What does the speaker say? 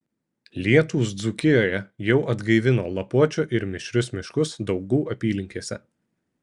lietūs dzūkijoje jau atgaivino lapuočių ir mišrius miškus daugų apylinkėse